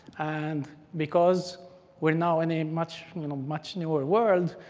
and because we're now in a much you know much newer world,